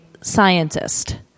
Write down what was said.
scientist